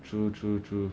true true true